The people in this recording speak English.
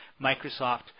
Microsoft